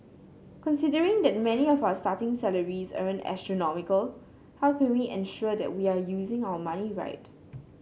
considering that many of our starting salaries aren't astronomical how can we ensure that we are using our money right